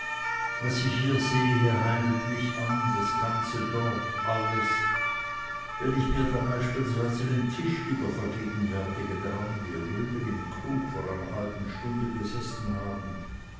was ich hier sehe heimelt mich an das ganze dorf alles wenn ich mir da beispielsweise den tisch wieder vergegenwärtige dran wir drüben im krug vor einer halben stunde gesessen haben